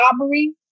robbery